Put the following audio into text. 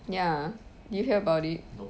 ya did you hear about it